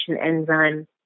enzyme